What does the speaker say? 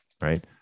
right